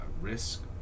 risk